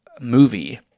movie